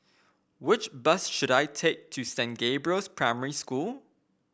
which bus should I take to Saint Gabriel's Primary School